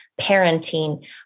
parenting